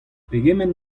pegement